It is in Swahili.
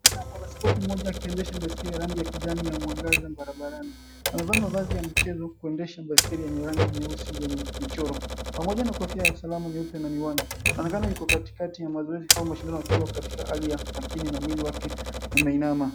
Tunaona mwanaspoti mmoja akiendesha baiskeli ya rangi ya kijani ya mwangaza barabarani. Amevaa mavazi ya michezo kuendesha baiskeli yenye rangi nyeusi yenye michoro pamoja na kofia ya usalama nyeupe na miwani anaonekana yuko katikati ya mazoezi au mashindano akiwa katika hali ya makini na mwili wake umeinama.